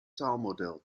taalmodel